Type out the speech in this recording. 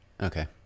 Okay